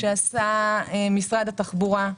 שעשה משרד התחבורה.